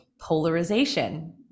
polarization